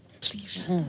Please